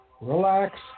relax